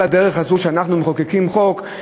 על הדרך הזאת שאנחנו מחוקקים חוק,